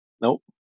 Nope